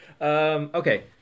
Okay